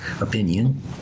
opinion